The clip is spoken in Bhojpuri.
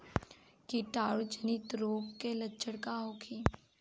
कीटाणु जनित रोग के लक्षण का होखे?